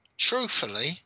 truthfully